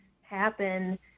happen